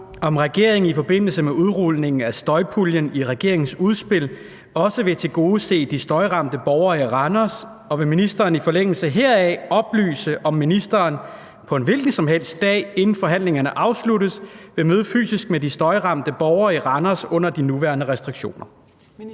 om regeringen i forbindelse med udrulningen af støjpuljen i regeringens udspil også vil tilgodese de støjramte borgere i Randers, og vil ministeren i forlængelse heraf oplyse, om ministeren, på en hvilken som helst dag inden forhandlingerne afsluttes, vil mødes fysisk med de støjramte borgere i Randers under de nuværende restriktioner?